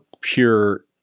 pure